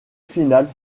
finale